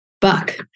buck